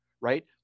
right